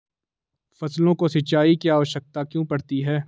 फसलों को सिंचाई की आवश्यकता क्यों पड़ती है?